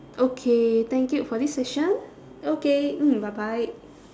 okay thank you for this session okay mm bye bye